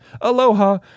aloha